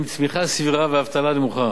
עם צמיחה סבירה ואבטלה נמוכה.